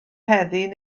heddiw